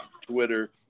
twitter